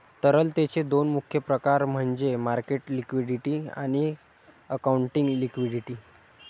तरलतेचे दोन मुख्य प्रकार म्हणजे मार्केट लिक्विडिटी आणि अकाउंटिंग लिक्विडिटी